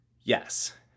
Yes